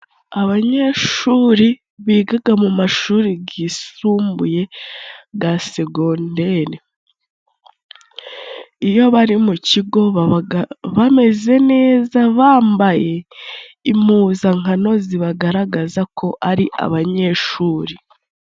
Abanyeshuri bigaga mu mashuri gisumbuye ga segondari， iyo bari mu kigo babaga bameze neza， bambaye impuzankano zibagaragaza ko ari abanyeshuri.